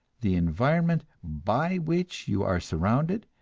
the environment by which you are surrounded,